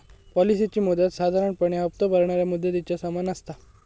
पॉलिसीची मुदत साधारणपणे हप्तो भरणाऱ्या मुदतीच्या समान असता